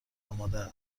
آمادست